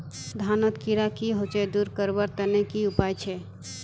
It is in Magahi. धानोत कीड़ा की होचे दूर करवार तने की उपाय छे?